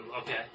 okay